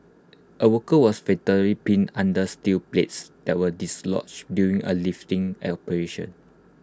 A worker was fatally pinned under steel plates that were dislodged during A lifting operation